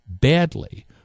badly